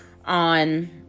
on